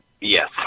Yes